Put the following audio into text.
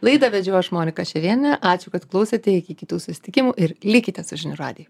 laidą vedžiau aš monika šerėnienė ačiū kad klausėte iki kitų susitikimų ir likite su žinių radiju